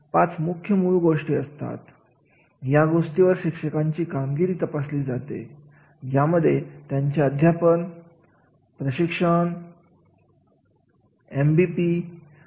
मग या कार्याच्या अवलोकन मध्ये एखादी प्रश्नावली तयार करून किंवा काही निरीक्षणांमधून किंवा काही कागदपत्रे तयार करून अशा कागदपत्राच्या आधारावर कार्याचे अवलोकन केले जाते